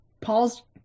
Paul's